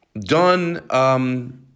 done